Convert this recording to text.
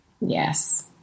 yes